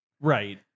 right